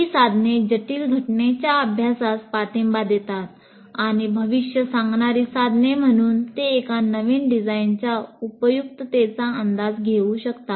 ही साधने जटिल घटनेच्या अभ्यासास पाठिंबा देतात आणि भविष्य सांगणारी साधने म्हणून ते एका नवीन डिझाइनच्या उपयुक्ततेचा अंदाज घेऊ शकतात